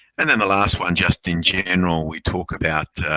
and then the last one just in general, we talk about